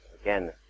again